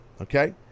okay